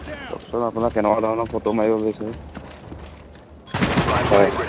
কওকচোন আপোনাৰ কেনেকুৱা ধৰণৰ ফটো মাৰিব বিচাৰে হয়